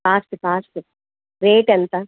cost cost rate ఎంత